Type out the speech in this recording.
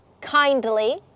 kindly